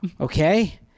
Okay